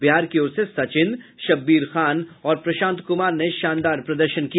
बिहार की ओर से सचिन शब्बीर खान और प्रशांत कुमार ने शानदार प्रदर्शन किया